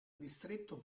distretto